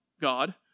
God